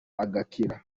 agakira